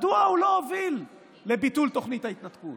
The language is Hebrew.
מדוע הוא לא הוביל לביטול תוכנית ההתנתקות?